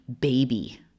baby